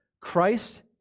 Christ